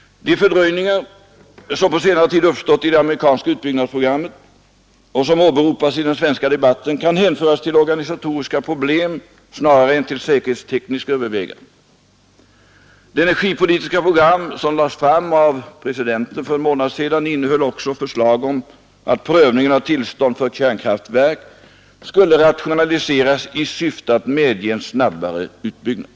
De fördröjningar som på senare tid uppstått i det amerikanska utbyggnadsprogrammet — och som åberopats i den svenska debatten — kan hänföras till organisatoriska problem snarare än till säkerhetstekniska överväganden. Det energipolitiska program som lades fram av presidenten för en månad sedan innehöll också förslag om att prövningen av tillstånd för kärnkraftverk skulle rationaliseras i syfte att medge en snabbare utbyggnad.